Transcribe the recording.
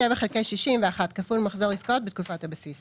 שבע חלקי שישים ואחת כפול מחזור עסקאות בתקופת הבסיס,